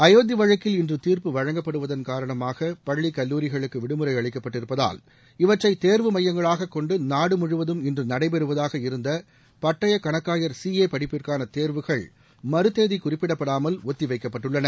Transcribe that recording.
அயோத்தி வழக்கில் இன்று தீர்ப்பு வழங்கப்படுவதள் காரணமாக பள்ளி கல்லூரிகளுக்கு விடுமுறை அளிக்கப்பட்டு இருப்பதால் இவற்றை தேர்வு நடைபெறுவதாக இருந்த பட்டய கணக்காயர் சி ஏ படிப்புக்கான தேர்வுகள் மறுதேதி குறிப்பிடப்படாமல் ஒத்தி வைக்கப்பட்டுள்ளன